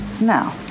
No